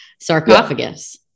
sarcophagus